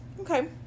Okay